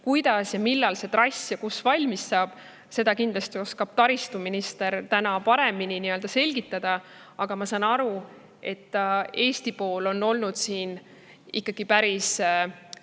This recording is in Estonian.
Kuidas ja millal see trass kus valmis saab, seda oskab taristuminister kindlasti paremini selgitada. Aga ma saan aru, et Eesti on olnud siin ikkagi päris